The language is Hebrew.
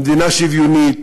מדינה שוויונית,